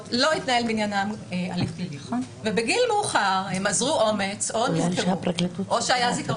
לא התנהל בעניינם הליך פלילי ובגיל מאוחר אם אזרו אומץ או שהיה זיכרון